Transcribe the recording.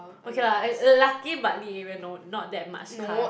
okay lah lu~ lucky Bartley area no not that much cars